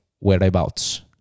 whereabouts